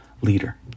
leader